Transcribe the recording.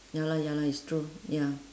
ya lor ya lor it's true ya